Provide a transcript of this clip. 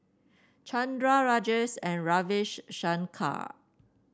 Chandra Rajesh and Ravi Shankar